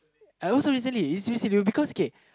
I also recently it's recently because K